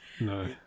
No